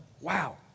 Wow